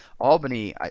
Albany